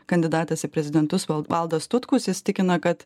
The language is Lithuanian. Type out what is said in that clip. kandidatas į prezidentus val valdas tutkus jis tikina kad